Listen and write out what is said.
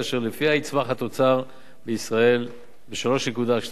אשר לפיה יצמח התוצר בישראל ב-3.2%.